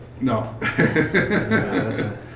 No